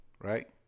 right